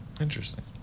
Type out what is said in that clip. Interesting